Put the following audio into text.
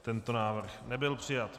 Tento návrh nebyl přijat.